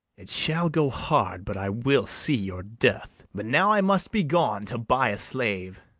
it shall go hard but i will see your death but now i must be gone to buy a slave.